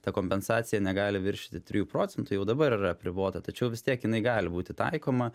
ta kompensacija negali viršyti trijų procentų jau dabar yra apribota tačiau vis tiek jinai gali būti taikoma